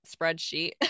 spreadsheet